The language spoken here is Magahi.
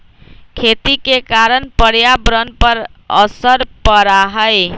खेती के कारण पर्यावरण पर असर पड़ा हई